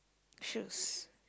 shoes